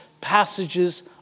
passages